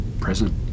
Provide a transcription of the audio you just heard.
present